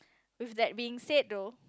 with that being said though